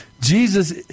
Jesus